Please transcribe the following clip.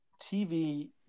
TV